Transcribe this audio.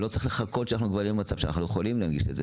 ולא צריך לחכות שנגיע למצב שאנחנו לא יכולים להיות מונגשים לזה.